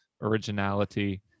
originality